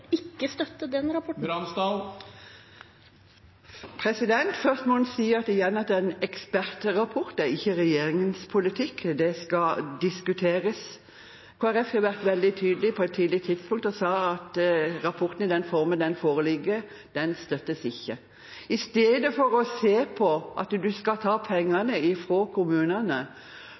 ikke støtte den rapporten? Presidenten minner igjen om at taletiden i replikkordskiftet er 1 minutt. Først må jeg si at det er en ekspertrapport. Det er ikke regjeringens politikk. Det skal diskuteres. Kristelig Folkeparti har på et tidlig tidspunkt vært veldig tydelig på og sagt at rapporten i den formen den foreligger, støttes ikke. I stedet for å se på at man skal ta penger fra kommunene,